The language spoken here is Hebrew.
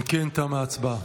אם כן, תמה ההצבעה.